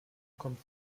kommt